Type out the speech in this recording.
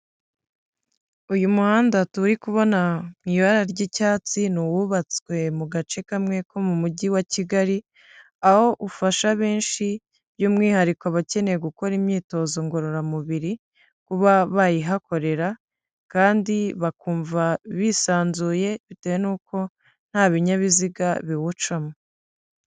Uyu muhanda turi kubona mu ibara ry'icyatsi ni uwubatswe mu gace kamwe ko mu mujyi wa Kigali, aho ufasha benshi by'umwihariko abakeneye gukora imyitozo ngororamubiri kuba bayihakorera kandi bakumva bisanzuye bitewe n'uko nta binyabiziga biwucamo.